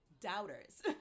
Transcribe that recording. doubters